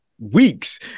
weeks